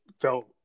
felt